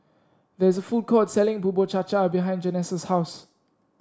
there is a food court selling Bubur Cha Cha behind Janessa's house